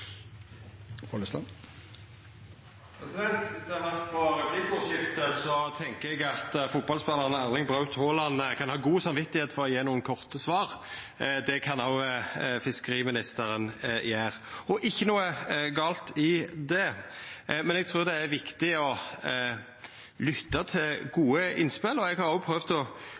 eg at fotballspelaren Erling Braut Haaland kan ha godt samvit for å gje korte svar – det kan òg fiskeriministeren gje. Det er ikkje noko galt i det, men eg trur det er viktig å lytta til gode innspel. Eg har òg prøvd å